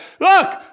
Look